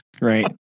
Right